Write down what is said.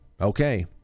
Okay